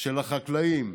החקלאים היום.